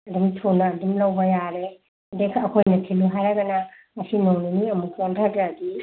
ꯑꯗꯨꯝ ꯊꯨꯅ ꯑꯗꯨꯝ ꯂꯧꯕ ꯌꯥꯔꯦ ꯑꯗꯒꯤ ꯑꯩꯈꯣꯏꯅ ꯊꯤꯜꯂꯨ ꯍꯥꯏꯔꯒꯅ ꯉꯁꯤ ꯅꯣꯡꯃ ꯅꯤꯅꯤ ꯑꯃꯨꯛ ꯆꯣꯟꯊꯗ꯭ꯔꯗꯤ